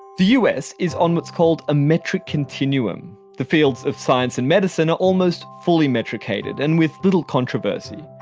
the u s. is on what's called a metric continuum. the fields of science and medicine are almost fully metricated and with little controversy,